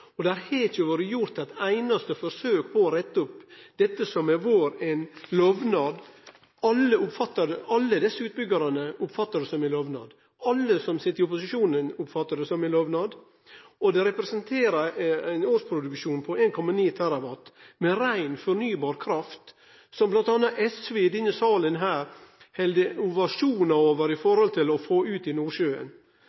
og det har ikkje vore gjort eit einaste forsøk på å rette opp dette som har vore ein lovnad. Alle desse utbyggjarane oppfatta det som ein lovnad. Alle som sit i opposisjonen, oppfatta det som ein lovnad. Det utgjer ein årsproduksjon på 1,9 TWh med rein, fornybar kraft, noko som i denne salen møter ovasjonar frå bl.a. SV når det er snakk om å få det ut i